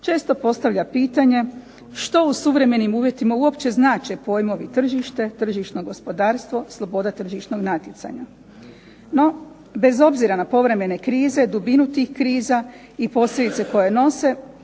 često postavlja pitanje što u suvremenim uvjetima uopće znače pojmovi tržište, tržišno gospodarstvo, sloboda tržišnog natjecanja. No bez obzira na povremene krize, dubinu tih kriza i posljedice koje nose,